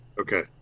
Okay